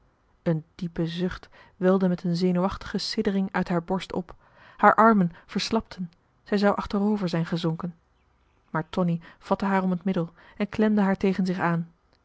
een diepe zucht welde met een zenuwachtige siddering uit haar marcellus emants een drietal novellen borst op haar armen verslapten zij zou achterover zijn gezonken maar tonie vatte haar om het middel en klemde haar tegen zich aan